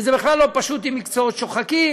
וזה בכלל לא פשוט עם מקצועות שוחקים.